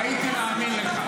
הייתי מאמין לך.